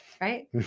Right